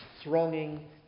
thronging